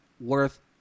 Worth